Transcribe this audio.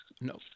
No